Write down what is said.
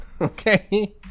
Okay